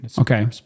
Okay